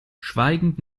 schweigend